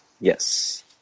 Yes